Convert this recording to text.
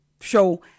show